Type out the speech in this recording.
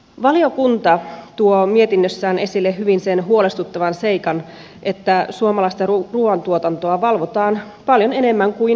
valiokunta tuo mietinnössään hyvin esille sen huolestuttavan seikan että suomalaista ruuantuotantoa valvotaan paljon enemmän kuin tuontiruokaa